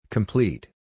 Complete